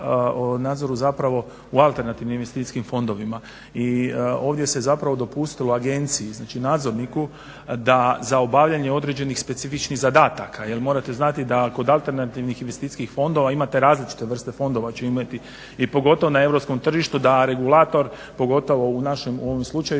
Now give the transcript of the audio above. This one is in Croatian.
o nadzoru zapravo o alternativnim investicijskim fondovima i ovdje se zapravo dopustilo agenciji, znači nadzorniku da za obavljanje određenih specifičnih zadataka jer morate znati da kod alternativnih investicijskih fondova imate različite vrste fondova … i pogotovo na europskom tržištu da regulator, pogotovo u našem ovom slučaju